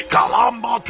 Kalamba